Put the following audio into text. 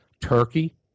Turkey